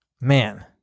Man